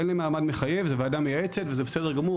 אין להם מעמד מחייב זו ועדה מייעצת וזה בסדר גמור.